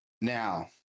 now